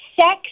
sex